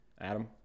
Adam